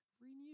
renew